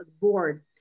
board